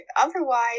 otherwise